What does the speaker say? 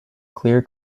clear